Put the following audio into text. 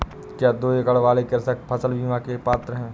क्या दो एकड़ वाले कृषक फसल बीमा के पात्र हैं?